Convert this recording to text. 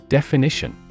Definition